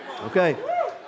Okay